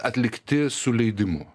atlikti su leidimu